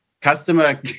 customer